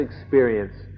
experience